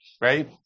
Right